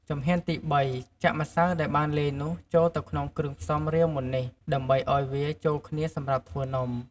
ជំហានទី ៣ ចាក់ម្សៅដែលបានលាយនោះចូលទៅក្នុងគ្រឿងផ្សំរាវមុននេះ ដើម្បីអោយវាចូលគ្នាសម្រាប់ធ្វើនំ។